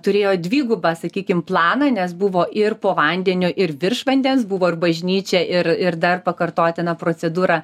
turėjo dvigubą sakykim planą nes buvo ir po vandeniu ir virš vandens buvo ir bažnyčia ir ir dar pakartotina procedūra